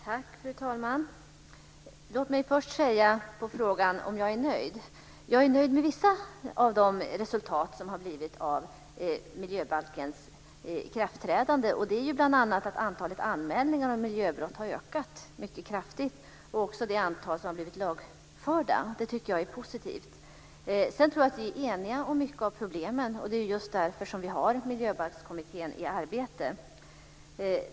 Fru talman! Låt mig först svara på frågan om jag är nöjd. Jag är nöjd med vissa av resultaten efter miljöbalkens ikraftträdande. Bl.a. har antalet anmälningar om miljöbrott ökat mycket kraftigt liksom antalet lagförda. Jag tycker att det är positivt. Jag tror att vi är eniga om mycket av problemen. Det är just därför som vi har Miljöbalkskommittén i arbete.